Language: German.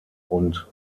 und